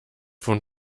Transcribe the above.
von